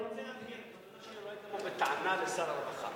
אני רוצה להבהיר שהכוונה שלי לא היתה לבוא בטענה לשר הרווחה.